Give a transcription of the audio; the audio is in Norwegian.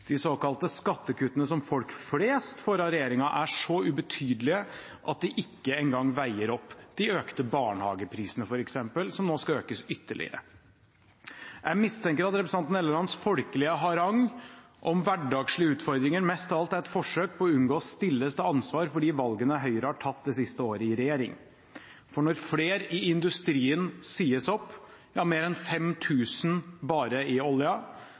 De såkalte skattekuttene som folk flest får av regjeringen, er så ubetydelige at de ikke engang veier opp for de økte barnehageprisene f.eks. som nå skal økes ytterligere. Jeg mistenker at representanten Hellelands folkelige harang om hverdagslige utfordringer mest av alt er et forsøk på å unngå å stilles til ansvar for de valgene Høyre har tatt det siste året i regjering. Når flere i industrien sies opp, ja, mer enn 5 000 bare i